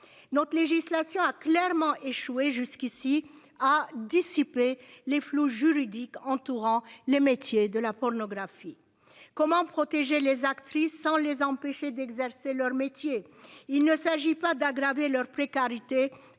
notre législation a clairement échoué jusqu'ici à dissiper les flou juridique entourant les métiers de la pornographie. Comment protéger les actrices sans les empêcher d'exercer leur métier. Il ne s'agit pas d'aggraver leur précarité